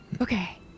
okay